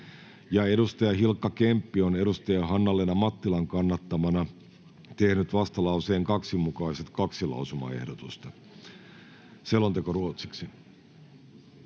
ja Hilkka Kemppi on Hanna-Leena Mattilan kannattamana tehnyt vastalauseen 2 mukaiset kaksi lausumaehdotusta. [Speech 5]